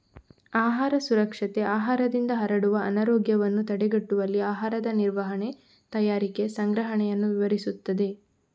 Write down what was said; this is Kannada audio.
ಆಹಾರ ಸುರಕ್ಷತೆ ಆಹಾರದಿಂದ ಹರಡುವ ಅನಾರೋಗ್ಯವನ್ನು ತಡೆಗಟ್ಟುವಲ್ಲಿ ಆಹಾರದ ನಿರ್ವಹಣೆ, ತಯಾರಿಕೆ, ಸಂಗ್ರಹಣೆಯನ್ನು ವಿವರಿಸುತ್ತದೆ